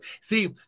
See